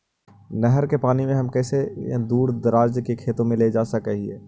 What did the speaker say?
नहर के पानी के हम कैसे दुर दराज के खेतों में ले जा सक हिय?